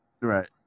right